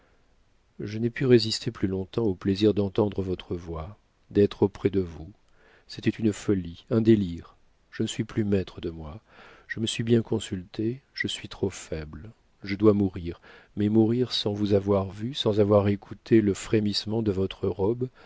je n'ai pu résister plus longtemps au plaisir d'entendre votre voix d'être auprès de vous c'était une folie un délire je ne suis plus maître de moi je me suis bien consulté je suis trop faible je dois mourir mais mourir sans vous avoir vue sans avoir écouté le frémissement de votre robe